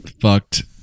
fucked